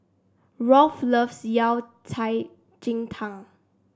Rolf loves Yao Cai Ji Tang